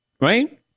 right